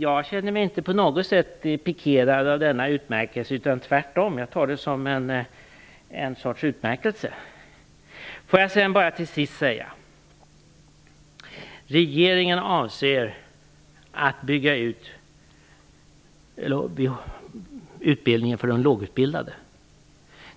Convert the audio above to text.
Jag känner mig inte på något sätt pikerad av denna utnämning. Tvärtom, jag tar den som en sorts utmärkelse. Får jag sedan bara till sist säga detta: Regeringen avser att bygga ut utbildningen för de lågutbildade.